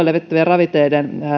levitettävien ravinteiden